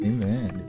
Amen